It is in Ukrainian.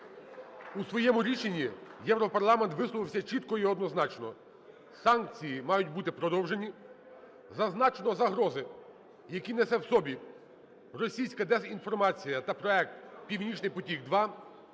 У своєму рішенні Європарламент висловився чітко і однозначно: санкції мають бути продовжені. Зазначено загрози, які несе в собі російська дезінформація та проект "Північний потік